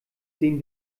sehen